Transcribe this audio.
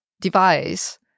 device